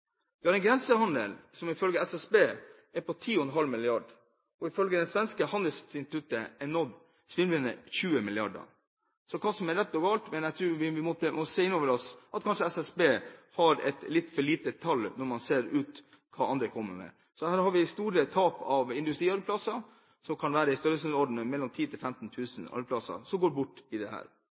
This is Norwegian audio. Vi har en grensehandel som ifølge SSB er på 10,5 mrd. kr, og som ifølge Svenska Handelsinstitutet har nådd svimlende 20 mrd. kr. Så hva er rett, og hva er galt? Jeg tror vi må ta inn over oss at kanskje SSB har et litt for lavt tall når man ser hva andre kommer med. Her har vi store tap av industriarbeidsplasser – i størrelsesorden 10 000–15 000 arbeidsplasser som går bort. Den nye landbruksmeldingen viser seg å være et stort problem for regjeringen Stoltenberg. Liv Signe Navarsete uttalte i